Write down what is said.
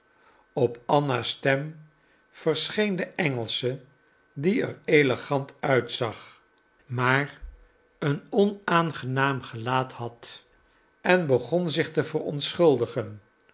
op anna's stem verscheen de engelsche die er elegant uitzag maar een onaangenaam gelaat had en begon zich te verontschuldigen